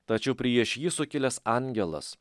tačiau prieš jį sukilęs angelas